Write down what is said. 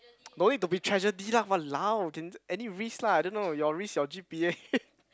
don't need to be tragedy lah !walao! can just any risk lah I don't know your risk your g_p_a